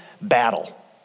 battle